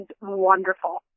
wonderful